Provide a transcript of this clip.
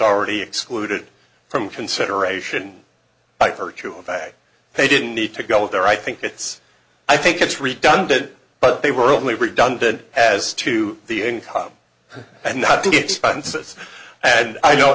already excluded from consideration by virtue of fact they didn't need to go there i think it's i think it's redundant but they were only redundant as to the income and not to get expensive and i know